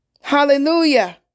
Hallelujah